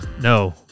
No